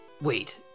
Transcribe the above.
Wait